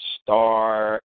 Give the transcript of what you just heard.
star